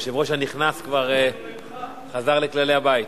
היושב-ראש הנכנס חזר לכללי הבית.